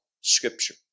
scripture